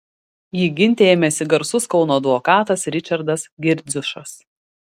jį ginti ėmėsi garsus kauno advokatas ričardas girdziušas